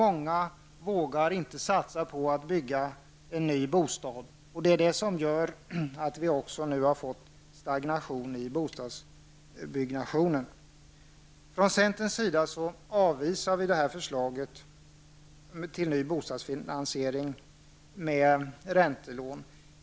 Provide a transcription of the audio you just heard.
De vågar inte satsa på att bygga en ny bostad, och det är detta som gör att vi nu också har fått en stagnation i bostadsbyggandet. Centern avvisar förslaget till ny bostadsfinansiering med räntelån.